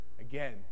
Again